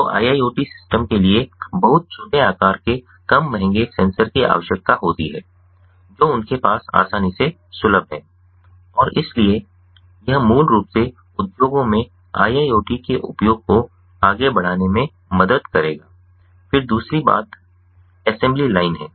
तो IIoT system के लिए बहुत छोटे आकार के कम महंगे सेंसर की आवश्यकता होती है जो उनके पास आसानी से सुलभ हैं और इसलिए यह मूल रूप से उद्योग में IIoT के उपयोग को आगे बढ़ाने में मदद करेगा फिर दूसरी बात असेंबली लाइन है